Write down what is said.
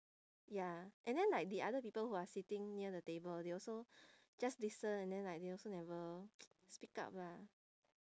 ya and then like the other people who are sitting near the table they also just listen and then like they also never speak up lah